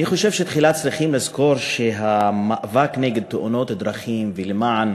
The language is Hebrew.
אני חושב שתחילה צריכים לזכור שהמאבק נגד תאונות דרכים ולמען